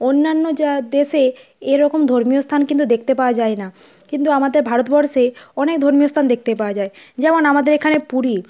অন্যান্য যা দেশে এরকম ধর্মীয় স্থান কিন্তু দেখতে পাওয়া যায় না কিন্তু আমাদের ভারতবর্ষে অনেক ধর্মীয় স্থান দেখতে পাওয়া যায় যেমন আমাদের এখানে পুরী